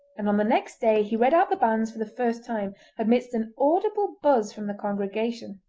and on the next day he read out the banns for the first time amidst an audible buzz from the congregation.